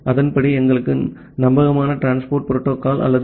அதன்படி எங்களுக்கு நம்பகமான டிரான்ஸ்மிஷன் புரோட்டோகால் அல்லது டி